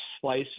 slice